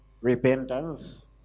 repentance